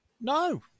No